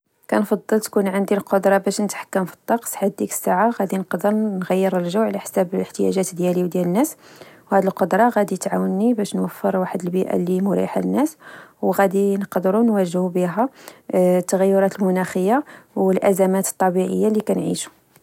كنفضل تكون عندي القدرة باش نتحكم في الطقس، حيت ديك الساعة غدي نقدر نغير الجو على حسب الاحتياجات ديالي وديال الناس. وهاد القدرة غادي تعاونني باش نوفر بيئة مريحة للناس و غادي نقدرو نواجهو بها التغيرات المناخية والأزمات الطبيعية لكنعيشو.